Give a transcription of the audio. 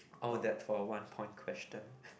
all that for one point question